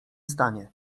stanie